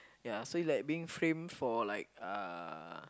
ya so like being framed for like uh